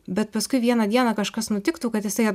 bet paskui vieną dieną kažkas nutiktų kad jisai